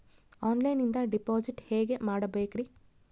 ಆನ್ಲೈನಿಂದ ಡಿಪಾಸಿಟ್ ಹೇಗೆ ಮಾಡಬೇಕ್ರಿ?